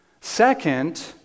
Second